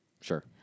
Sure